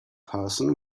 person